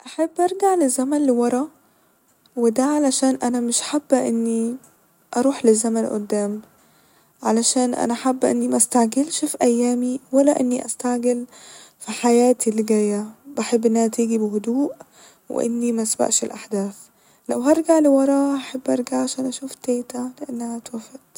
أحب أرجع للزمن لورا وده علشان أنا مش حابه إني أروح للزمن قدام ، علشان أنا حابه إني مستعجلش في أيامي ولا إني أستعجل في حياتي اللي جايه ، بحب إنها تيجي بهدوء وإني مسبقش الأحداث لو هرجع لورا أحب أرجع علشان أشوف تيتة لإنها اتوفت